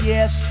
Yes